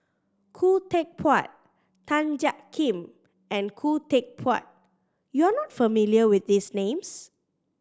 Khoo Teck Puat Tan Jiak Kim and Khoo Teck Puat you are not familiar with these names